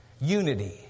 unity